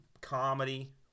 comedy